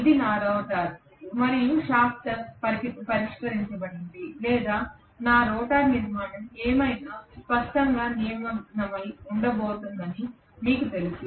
ఇది నా రోటర్ మరియు షాఫ్ట్ పరిష్కరించబడింది లేదా నా రోటర్ నిర్మాణం ఏమైనా స్పష్టంగా నిమగ్నమై ఉండబోతోందని మీకు తెలుసు